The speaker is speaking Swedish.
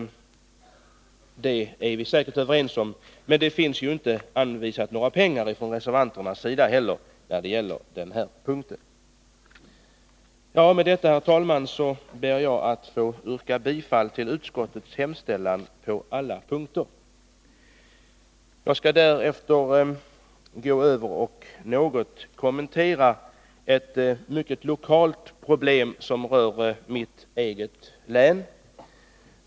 Det är vi säkerligen överens om. Men reservanterna har ju på den här punkten inte föreslagit att några pengar skall anvisas. Med detta, herr talman, ber jag att få yrka bifall till utskottets hemställan på alla punkter. Jag skall därefter gå över till att något kommentera ett mycket lokalt problem, som rör mitt eget län.